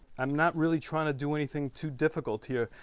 i'm not really trying to do anything too difficult here,